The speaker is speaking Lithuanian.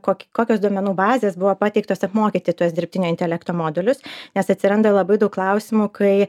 kokį kokios duomenų bazės buvo pateiktos apmokyti tuos dirbtinio intelekto modelius nes atsiranda labai daug klausimų kai